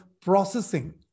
processing